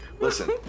Listen